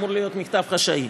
זה אמור להיות מכתב חשאי.